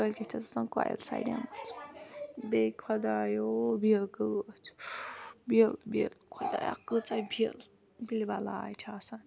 کٲلۍ کٮ۪تھ چھَس آسان کۄیل سَڑیمٕژ بیٚیہِ خۄدایو بِل کۭژھ بِل بِل خۄدایا کۭژاہ بِل بِلہِ بَلاے چھِ آسان